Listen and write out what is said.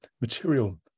material